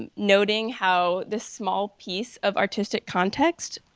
and noting how this small piece of artistic context,